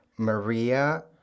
Maria